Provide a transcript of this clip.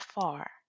far